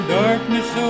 darkness